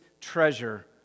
treasure